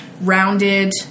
rounded